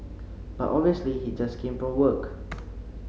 but obviously he just came from work